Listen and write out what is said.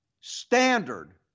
standard